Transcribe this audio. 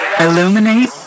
Illuminate